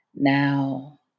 now